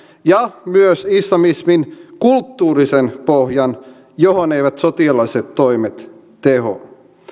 ja myös islamismin kulttuurinen pohja johon eivät sotilaalliset toimet tehoa